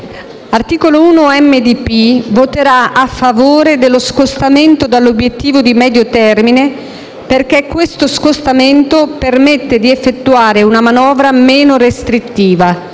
Articolo 1-MDP voterà a favore dello scostamento dall'obiettivo di medio termine, perché tale scostamento permette di effettuare una manovra meno restrittiva.